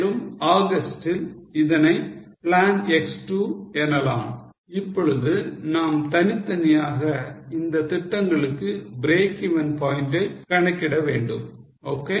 மேலும் ஆகஸ்டில் இதனை plan X 2 எனலாம் இப்பொழுது நாம் தனித்தனியாக இந்தத் திட்டங்களுக்கு breakeven points ஐ கணக்கிட வேண்டும் ok